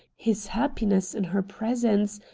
his happiness in her presence,